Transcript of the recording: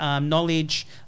knowledge